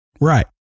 Right